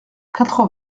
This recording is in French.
quatre